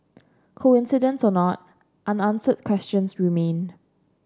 coincidence or not unanswered questions remain